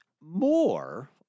more